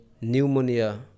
Pneumonia